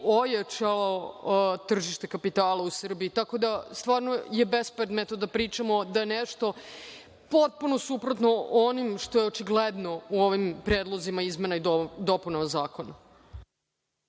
ojačalo tržište kapitala u Srbiji. Tako da, stvarno je bespredmetno da pričamo da je nešto potpuno suprotno onome što je očigledno u ovim predlozima izmena i dopuna zakona.